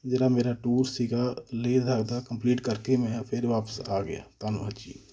ਜਿਹੜਾ ਮੇਰਾ ਟੂਰ ਸੀਗਾ ਲੇਹ ਲਦਾਖ ਦਾ ਕੰਪਲੀਟ ਕਰਕੇ ਮੈਂ ਫਿਰ ਵਾਪਸ ਆ ਗਿਆ ਧੰਨਵਾਦ ਜੀ